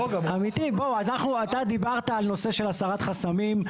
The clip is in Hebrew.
אמיתי, אתה דיברת על נושא של הסרת חסמים.